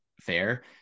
fair